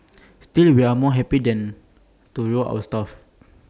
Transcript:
still we are more happy than to reward our staff